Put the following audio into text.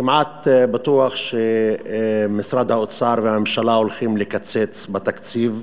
כמעט בטוח שמשרד האוצר והממשלה הולכים לקצץ בתקציב,